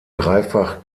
dreifach